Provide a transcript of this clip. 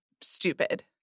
stupid